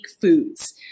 foods